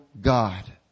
God